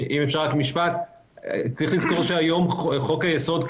לזכור שהיום חוק היסוד,